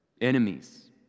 enemies